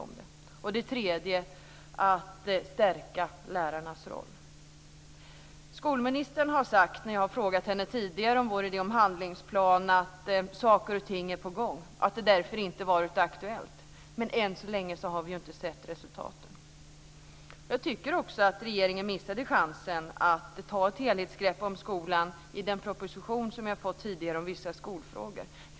Det tredje handlar om att stärka lärarnas roll. När jag tidigare har frågat skolministern om vår idé om handlingsplan har hon sagt att saker och ting är på gång och att detta därför inte har varit aktuellt. Men än så länge har vi ju inte sett resultaten. Jag tycker också att regeringen missade chansen att ta ett helhetsgrepp om skolan i den proposition som vi har fått tidigare om vissa skolfrågor.